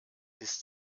ist